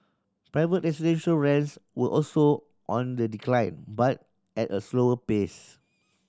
private residential rents were also on the decline but at a slower pace